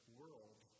world